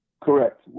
Correct